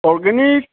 organic